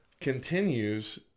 continues